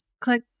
click